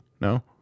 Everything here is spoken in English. No